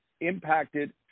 impacted